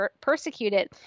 persecuted